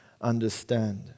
understand